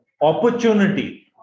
opportunity